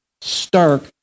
stark